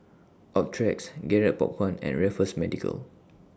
Optrex Garrett Popcorn and Raffles Medical